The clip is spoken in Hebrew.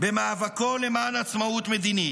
במאבקו למען עצמאות מדינית,